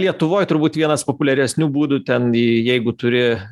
lietuvoj turbūt vienas populiaresnių būdų ten jeigu turi